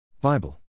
Bible